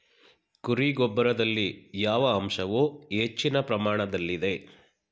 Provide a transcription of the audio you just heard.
ಕುರಿ ಗೊಬ್ಬರದಲ್ಲಿ ಯಾವ ಅಂಶವು ಹೆಚ್ಚಿನ ಪ್ರಮಾಣದಲ್ಲಿದೆ?